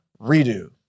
redo